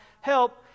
help